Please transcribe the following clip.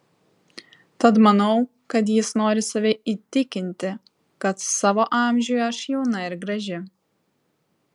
tad manau kad jis nori save įtikinti kad savo amžiui aš jauna ir graži